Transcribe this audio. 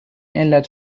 علت